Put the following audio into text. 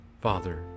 father